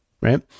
right